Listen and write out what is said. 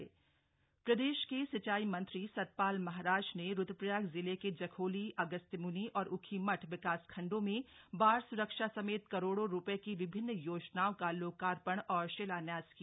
लोकार्पण शिलान्यास प्रदेश के सिंचाई मंत्री सतपाल महाराज ने रुद्रप्रयाग जिले के जखोली अगस्त्यम्नि और ऊखीमठ विकासखंडों में बाढ़ सुरक्षा समेत करोड़ों रुपए की विभिन्न योजनाओं का लोकार्पण और शिल्यान्यास किया